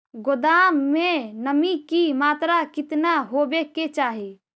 गोदाम मे नमी की मात्रा कितना होबे के चाही?